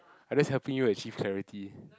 I just helping you achieve clarity